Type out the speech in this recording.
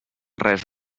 res